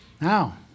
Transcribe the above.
Now